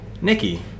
Nikki